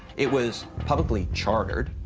it was publicly chartered,